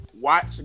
Watch